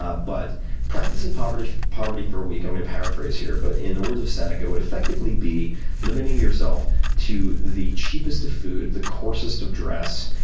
ah but practicing poverty poverty for a week i'm going to paraphrase here but in the words of seneca would effectively be limiting yourself to the cheapest of food, the coarsest of dress,